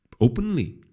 openly